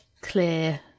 clear